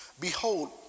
Behold